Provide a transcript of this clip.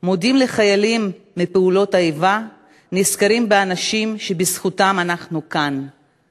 מודים לחיילים מפעולות האיבה / נזכרים באנשים שבזכותם אנחנו כאן /